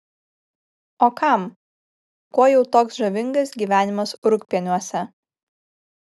o kam kuo jau toks žavingas gyvenimas rūgpieniuose